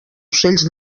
ocells